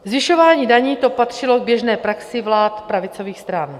Zvyšování daní, to patřilo k běžné praxi vlád pravicových stran.